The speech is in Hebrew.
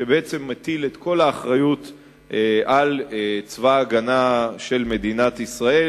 שבעצם מטיל את כל האחריות על צבא ההגנה של מדינת ישראל,